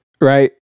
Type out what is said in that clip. right